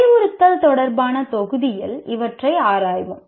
அறிவுறுத்தல் தொடர்பான தொகுதியில் இவற்றை ஆராய்வோம்